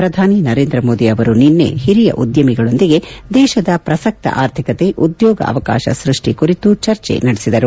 ಪ್ರಧಾನಿ ನರೇಂದ್ರ ಮೋದಿ ಅವರು ನಿನ್ನೆ ಹಿರಿಯ ಉದ್ನಮಿಗಳೊಂದಿಗೆ ದೇಶದ ಪ್ರಸಕ್ತ ಆರ್ಥಿಕತೆ ಉದ್ದೋಗ ಅವಕಾಶ ಸೃಷ್ಟಿ ಕುರಿತು ಚರ್ಚೆ ನಡೆಸಿದರು